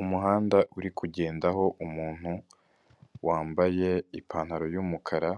Umuhanda uri kugendaho umuntu wambaye ipantaro yumukara